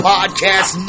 Podcast